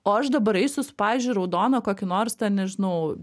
o aš dabar eisiu su pavyzdžiui raudonu kokiu nors ten nežinau